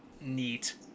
neat